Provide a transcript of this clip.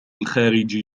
الخارج